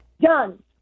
Done